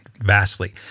vastly